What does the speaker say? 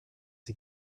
sie